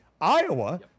Iowa